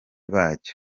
bacyo